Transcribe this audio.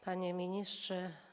Panie Ministrze!